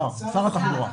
שר התחבורה.